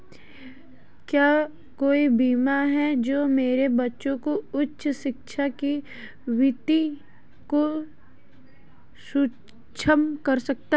क्या कोई बीमा है जो मेरे बच्चों की उच्च शिक्षा के वित्त को सुरक्षित करता है?